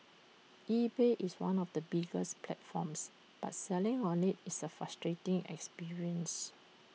eBay is one of the biggest platforms but selling on IT is A frustrating experience